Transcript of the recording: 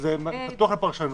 זה פתוח לפרשנות.